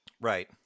Right